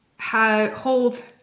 hold